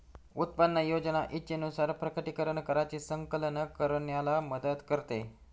उत्पन्न योजना इच्छेनुसार प्रकटीकरण कराची संकलन करण्याला मदत करते